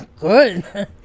Good